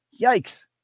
Yikes